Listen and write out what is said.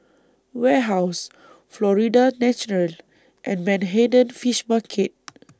Warehouse Florida's Natural and Manhattan Fish Market